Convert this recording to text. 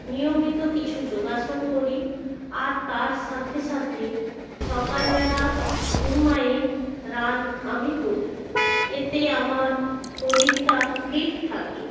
নিয়মিত কিছু যোগাসন করি আর তার সাথে সাথে সকালবেলা দু মাইল রান আমি করি এতে আমার শরীরটা ফিট থাকে